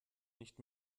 nicht